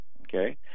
Okay